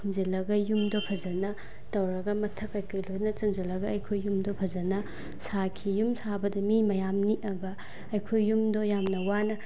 ꯊꯣꯟꯖꯤꯜꯂꯒ ꯌꯨꯝꯗꯣ ꯐꯖꯅ ꯇꯧꯔꯒ ꯃꯊꯛ ꯀꯩꯀꯩ ꯂꯣꯏꯅ ꯆꯟꯁꯤꯜꯂꯒ ꯑꯩꯈꯣꯏ ꯌꯨꯝꯗꯣ ꯐꯖꯅ ꯁꯥꯈꯤ ꯌꯨꯝ ꯁꯥꯕꯗ ꯃꯤ ꯃꯌꯥꯝ ꯅꯦꯛꯑꯒ ꯑꯩꯈꯣꯏ ꯌꯨꯝꯗꯣ ꯌꯥꯝꯅ ꯋꯥꯅ